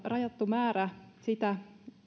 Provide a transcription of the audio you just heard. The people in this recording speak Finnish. rajattu määrä sitä